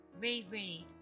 Reread